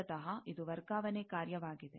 ಮೂಲತಃ ಇದು ವರ್ಗಾವಣೆ ಕಾರ್ಯವಾಗಿದೆ